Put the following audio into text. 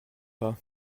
pas